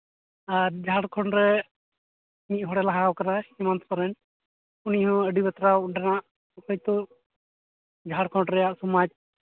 ᱟᱨ ᱡᱷᱟᱲᱠᱷᱚᱸᱰ ᱨᱮ ᱢᱤᱫᱦᱚᱲᱮ ᱞᱟᱦᱟ ᱟᱠᱟᱱᱟᱭ ᱦᱮᱢᱚᱱᱛᱚ ᱥᱚᱨᱮᱱ ᱩᱱᱤᱦᱚᱸ ᱟᱹᱰᱤ ᱵᱟᱛᱨᱟᱣ ᱚᱸᱰᱮᱱᱟᱜ ᱦᱚᱭᱛᱳ ᱡᱷᱟᱲᱠᱷᱚᱸᱰ ᱨᱮᱭᱟᱜ ᱥᱚᱢᱟᱡ